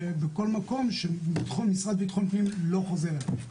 בכל מקום שהמשרד לביטחון פנים לא חוזר אליו.